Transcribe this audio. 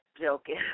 joking